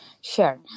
Sure